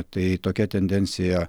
tai tokia tendencija